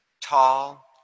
tall